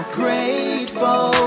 grateful